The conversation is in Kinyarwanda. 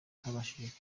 utabashije